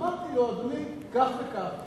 ואמרתי לו: אדוני, כך וכך.